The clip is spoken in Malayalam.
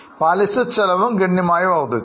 പലിശ ചെലവും ഗണ്യമായി വർധിച്ചു